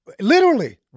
literally-